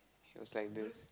she was like this